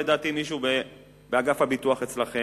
לדעתי מישהו באגף הביטוח אצלכם,